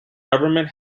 government